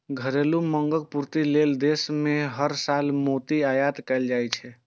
घरेलू मांगक पूर्ति लेल देश मे हर साल मोती के आयात कैल जाइ छै